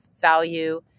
value